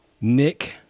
Nick